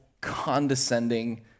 condescending